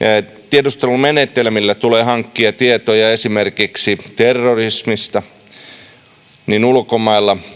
tiedustelumenetelmillä tulee hankkia tietoja esimerkiksi terrorismista niin ulkomailla